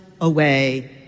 away